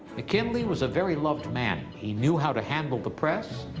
mckinley was a very loved man. he knew how to handle the press.